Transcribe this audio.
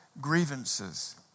grievances